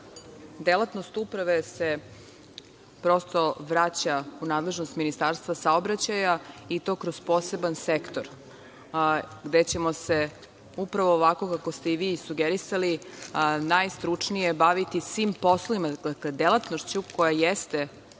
Delatnost uprave se prosto vraća u nadležnost Ministarstva saobraćaja, i to kroz poseban sektor, gde ćemo se, upravo ovako kako ste i vi sugerisali, najstručnije baviti delatnošću koja jeste